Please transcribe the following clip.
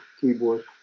keyboard